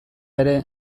ere